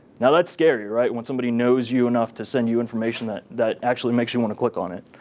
now that's scary, right, when somebody knows you enough to send you information that that actually makes you want to click on it.